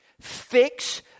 Fix